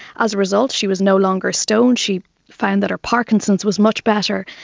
as a result she was no longer stoned, she found that her parkinson's was much better.